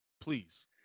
please